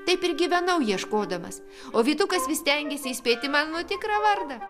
taip ir gyvenau ieškodamas o vytukas vis stengėsi įspėti mano tikrą vardą